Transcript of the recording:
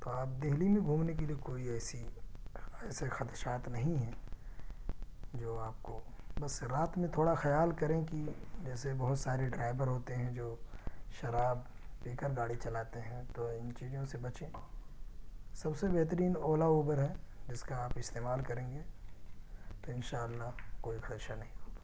توآپ دہلی میں گھومنے کے لیے کوئی ایسی ایسے خدشات نہیں ہیں جو آپ کو بس رات میں تھوڑا خیال کریں کہ جیسے بہت سارے ڈرائیور ہوتے ہیں جو شراب پی کر گاڑی چلاتے ہیں تو ان چیزوں سے بچیں سب سے بہترین اولا اوبر ہے جس کا آپ استعمال کریں گے تو انشاء اللہ کوئی خدشہ نہیں ہوگا